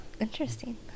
interesting